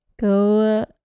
Go